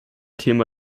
thema